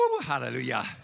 Hallelujah